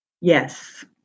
Yes